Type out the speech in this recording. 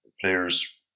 players